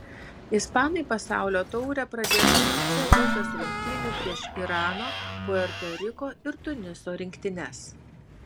ispanai pasaulio taurę pradės nuo c grupės rungtynių prieš irano puerto riko ir tuniso rinktines